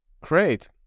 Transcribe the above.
Great